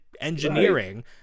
engineering